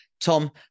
Tom